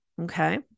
okay